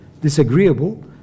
Disagreeable